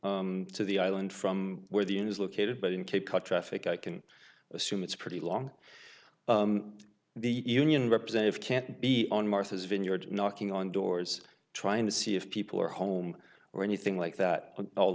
to to the island from where the units located but in cape cod traffic i can assume it's pretty long the union representative can't be on martha's vineyard knocking on doors trying to see if people are home or anything like that all